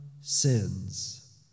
sins